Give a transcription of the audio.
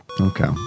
Okay